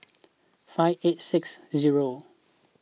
five eight six zero